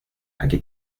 aquí